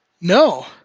no